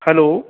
hello